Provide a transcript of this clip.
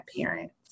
parents